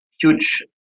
huge